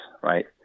Right